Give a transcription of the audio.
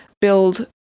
build